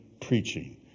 preaching